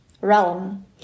realm